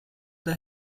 the